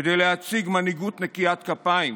כדי להציג מנהיגות נקיית כפיים